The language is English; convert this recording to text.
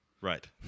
Right